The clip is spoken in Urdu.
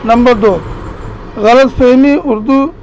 نمبر دو غلط فہمی اردو